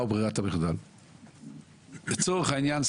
לצורך העניין,